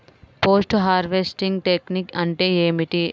Post harvesting technique అంటే ఏమిటీ?